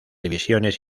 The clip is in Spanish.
divisiones